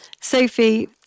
Sophie